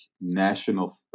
national